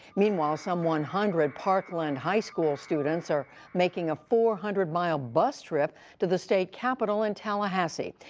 meanwhile, some one hundred parkland high school students are making a four hundred mile bus trip to the state capitol in tallahassee.